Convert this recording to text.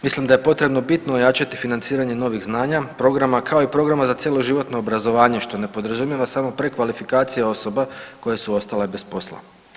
Mislim da je potrebno bitno ojačati financiranje novih znanja, programa kao i programa za cjeloživotno obrazovanje što ne podrazumijeva samo prekvalifikaciju osoba koje su ostale bez posla.